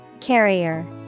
Carrier